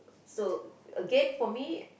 so again for me